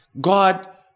God